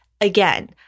Again